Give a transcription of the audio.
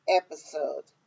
episode